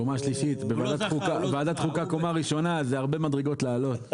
ועדת חוקה בקומה ראשונה, זה הרבה דרגות לעלות.